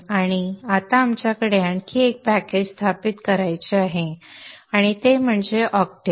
आणि आता आमच्याकडे आणखी एक पॅकेज स्थापित करायचे आहे आणि ते म्हणजे ऑक्टेव्ह